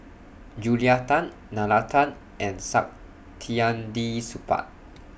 Julia Tan Nalla Tan and Saktiandi Supaat